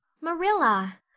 Marilla